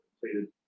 completed